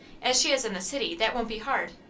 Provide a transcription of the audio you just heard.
as she is in the city, that won't be hard.